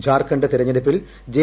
ഝാർഖണ്ഡ് തിരഞ്ഞെടുപ്പിൽ ജെ